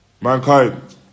mankind